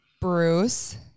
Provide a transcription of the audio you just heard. Bruce